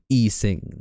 easing